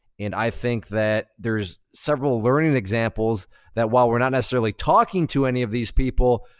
and i think that there's several learning and examples that, while we're not necessarily talking to any of these people,